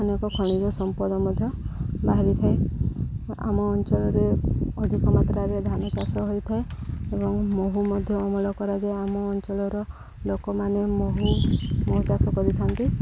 ଅନେକ ଖଣିଜ ସମ୍ପଦ ମଧ୍ୟ ବାହାରିଥାଏ ଆମ ଅଞ୍ଚଳରେ ଅଧିକ ମାତ୍ରାରେ ଧାନ ଚାାଷ ହୋଇଥାଏ ଏବଂ ମହୁ ମଧ୍ୟ ଅମଳ କରାଯାଏ ଆମ ଅଞ୍ଚଳର ଲୋକମାନେ ମହୁ ମହୁ ଚାଷ କରିଥାନ୍ତି